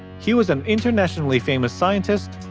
he was an internationally famous scientist,